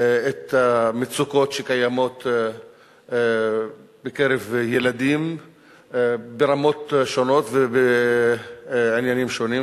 את המצוקות שקיימות בקרב ילדים ברמות שונות ובעניינים שונים.